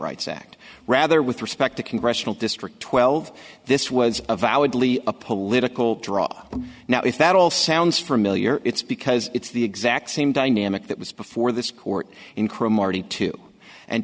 rights act rather with respect to congressional district twelve this was a valid lee a political draw now if that all sounds familiar it's because it's the exact same dynamic that was before this court in